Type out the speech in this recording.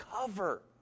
cover